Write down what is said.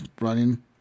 running